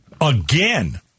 Again